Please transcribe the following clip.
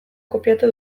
kopiatu